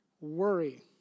worry